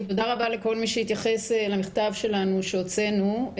ותודה רבה לכל מי שהתייחס למכתב שלנו שהוצאנו.